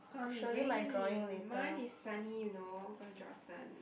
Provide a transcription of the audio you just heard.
it's starting to rain mine is sunny know gonna draw a sun